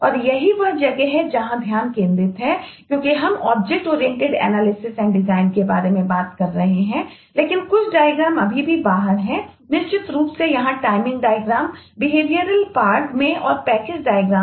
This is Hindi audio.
तो ये प्रमुख डायग्राम